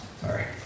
Sorry